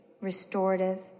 restorative